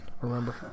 remember